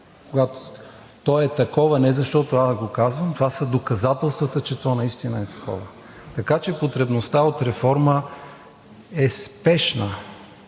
То е такова не защото аз го казвам, а това са доказателствата, че то наистина е такова. Така че потребността от реформа е спешна.